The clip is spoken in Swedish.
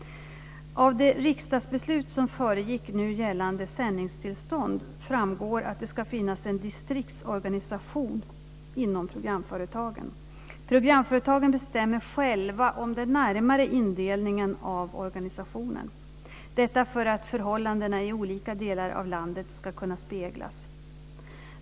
1995 96:297) framgår att det ska finnas en distriktsorganisation inom programföretagen. Programföretagen bestämmer själva om den närmare indelningen av organisationen. Detta för att förhållandena i olika delar av landet ska kunna speglas.